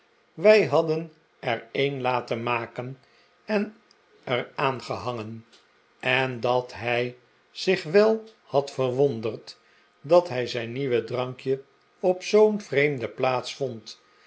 wij hadden er een laten maken en er aangehangen en dat hij zich wel had verwonderd dat hij zijn nieuwe drankje op zoo'n vreemde plaats